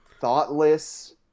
thoughtless